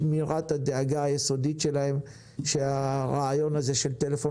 שמירת הדאגה היסודית שלהם שהרעיון הזה של טלפון